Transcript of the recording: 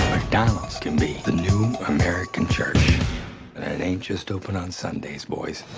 mcdonald's can be the new american church. and it ain't just open on sundays, boys.